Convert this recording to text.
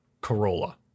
Corolla